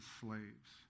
slaves